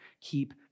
Keep